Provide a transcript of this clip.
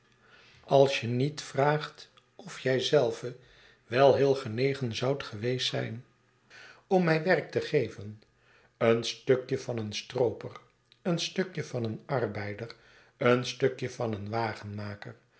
als je niet vraagt of jij zelven wel heel genegen zoudt geweest zijn om mij werk te geven een stukje van een strooper een stukje van een arbeider een stukje van een